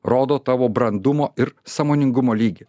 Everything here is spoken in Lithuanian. rodo tavo brandumo ir sąmoningumo lygį